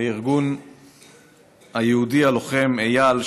לארגון היהודי הלוחם אי"ל,